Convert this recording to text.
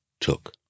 took